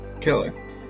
Killer